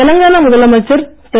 தெலுங்கானா முதலமைச்சர் திரு